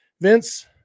Vince